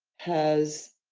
has